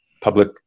public